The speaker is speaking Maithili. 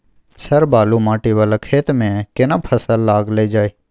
सर बालू माटी वाला खेत में केना फसल लगायल जाय?